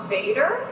Vader